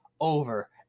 over